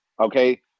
okay